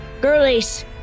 Girlies